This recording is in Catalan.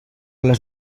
les